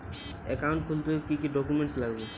Account খুলতে কি কি ডকুমেন্ট লাগবে?